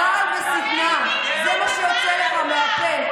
רעל ושטנה, זה מה שיוצא לך מהפה.